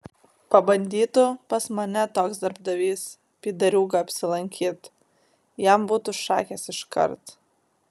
pabandytų pas mane toks darbdavys pydariūga apsilankyt jam būtų šakės iškart